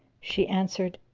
she answered,